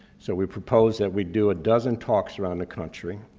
so we proposed that we do a dozen talks around the country.